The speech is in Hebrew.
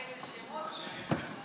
איזה שמות,